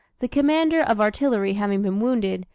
the commander of artillery having been wounded,